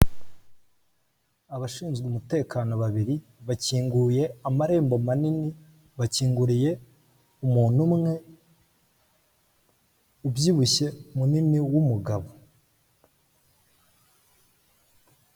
Abashinzwe umutekano babiri, bakinguye amarembo manini, bakinguriye umuntu umwe, ubyibushye munini w'umugabo.